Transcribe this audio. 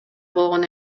болгон